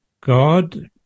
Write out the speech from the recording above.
God